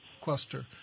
cluster